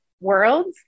worlds